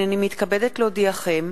הנני מתכבדת להודיעכם,